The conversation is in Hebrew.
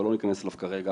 אבל לא נכנס אליו כרגע,